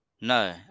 No